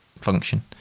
function